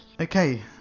okay